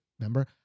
Remember